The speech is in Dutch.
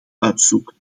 uitzoeken